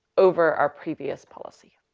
over our previous policy,